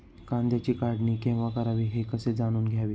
कांद्याची काढणी केव्हा करावी हे कसे जाणून घ्यावे?